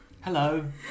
Hello